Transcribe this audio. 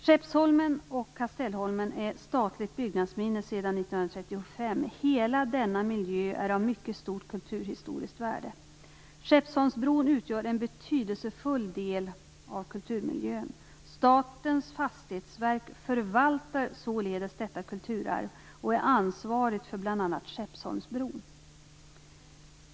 Skeppsholmen och Kastellholmen är statligt byggnadsminne sedan 1935. Hela denna miljö är av mycket stort kulturhistoriskt värde. Skeppsholmsbron utgör en betydelsefull del av kulturmiljön. Statens fastighetsverk förvaltar således detta kulturarv och är ansvarigt för bl.a. Skeppsholmsbron.